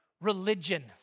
Religion